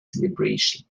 celebration